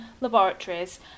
laboratories